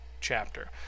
chapter